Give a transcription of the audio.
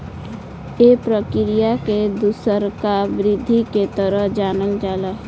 ए प्रक्रिया के दुसरका वृद्धि के तरह जानल जाला